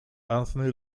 anthony